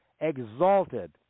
exalted